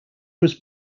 was